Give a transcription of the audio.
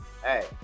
Hey